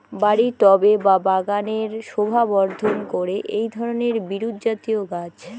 বাড়ির টবে বা বাগানের শোভাবর্ধন করে এই ধরণের বিরুৎজাতীয় গাছ